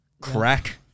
Crack